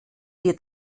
wir